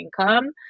income